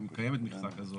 אם קיימת מכסה כזאת.